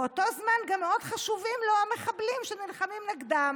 באותו זמן גם מאוד חשובים לו המחבלים שנלחמים נגדם.